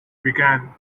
began